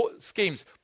schemes